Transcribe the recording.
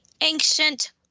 ancient